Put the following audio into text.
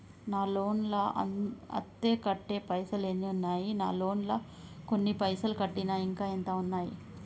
నా లోన్ లా అత్తే కట్టే పైసల్ ఎన్ని ఉన్నాయి నా లోన్ లా కొన్ని పైసల్ కట్టిన ఇంకా ఎంత ఉన్నాయి?